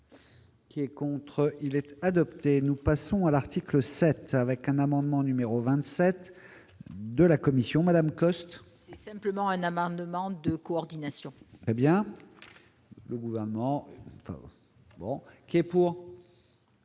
Qui est contre, il est adopté, nous passons à l'article 7 avec un amendement numéro 27 de la commission Madame Cosse. C'est simplement un amendement de coordination. Eh bien le gouvernement bon qui est pour.